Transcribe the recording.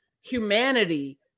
humanity